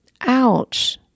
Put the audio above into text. Ouch